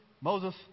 Moses